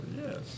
yes